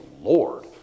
Lord